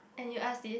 and you ask this